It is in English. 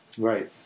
right